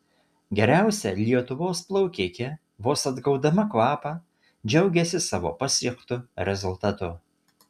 geriausia lietuvos plaukikė vos atgaudama kvapą džiaugėsi savo pasiektu rezultatu